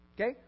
Okay